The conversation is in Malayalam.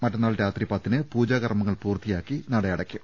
മറ്റന്നാൾ രാത്രി പത്തിന് പൂജാകർമങ്ങൾ പൂർത്തിയാക്കി നട അടയ്ക്കും